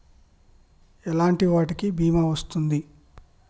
ఎలాంటి వాటికి బీమా వస్తుంది?